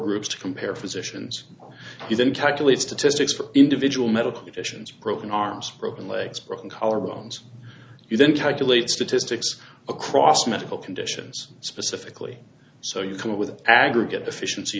groups to compare physicians and then calculate statistics for individual medical conditions broken arms broken legs broken collar bones you then calculate statistics across medical conditions specifically so you can with aggregate efficiency